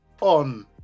on